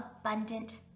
abundant